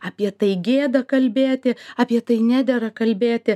apie tai gėda kalbėti apie tai nedera kalbėti